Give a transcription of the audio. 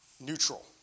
neutral